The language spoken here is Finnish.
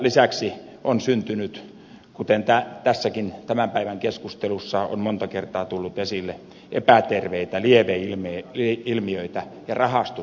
lisäksi on syntynyt kuten tässäkin tämän päivän keskustelussa on monta kertaa tullut esille epäterveitä lieveilmiöitä ja rahastusautomaatteja